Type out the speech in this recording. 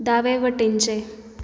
दावे वटेनचें